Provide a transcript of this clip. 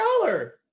dollar